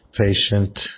patient